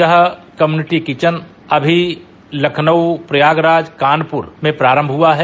यह community kitchen अभी लखनऊ प्रयागराज कानपुर में प्रारम्भ हुआ है